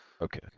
Okay